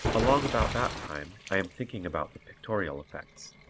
along about that time i am thinking about the pictorial effects.